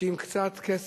שעם קצת כסף,